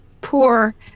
poor